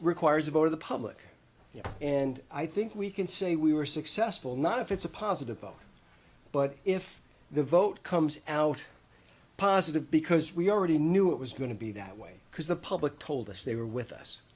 requires a vote of the public and i think we can say we were successful not if it's a positive vote but if the vote comes out positive because we already knew it was going to be that way because the public told us they were with